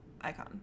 icon